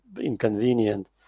inconvenient